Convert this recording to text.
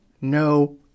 no